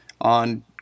on